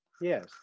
Yes